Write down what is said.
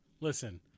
Listen